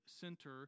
center